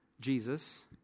Jesus